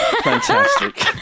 fantastic